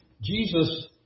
Jesus